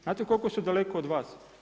Znate li koliko su daleko od Vas?